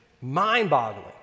mind-boggling